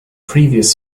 previous